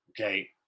okay